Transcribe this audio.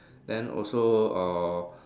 then also uh